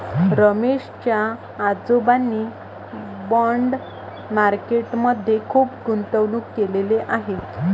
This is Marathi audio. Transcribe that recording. रमेश च्या आजोबांनी बाँड मार्केट मध्ये खुप गुंतवणूक केलेले आहे